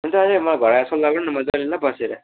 हुन्छ अहिले म घर आएर सल्लाह गरौँ न मज्जाले ल बसेर